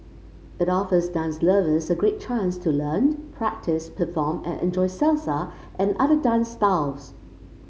it offers dance lovers a great chance to learn practice perform and enjoy Salsa and other dance styles